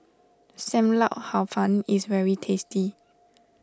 Sam Lau Hor Fun is very tasty